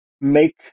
make